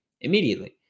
immediately